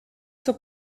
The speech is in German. zur